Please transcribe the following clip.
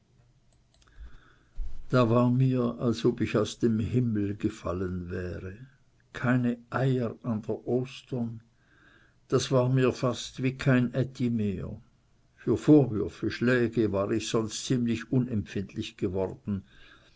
da war mir als ob ich aus dem himmel gefallen wäre keine eier an der ostern das war mir fast wie kein ätti mehr für vorwürfe schläge war ich sonst ziemlich unempfindlich geworden